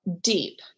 deep